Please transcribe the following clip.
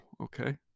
Okay